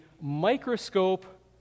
microscope